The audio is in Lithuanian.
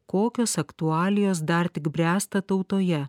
kokios aktualijos dar tik bręsta tautoje